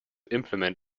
implement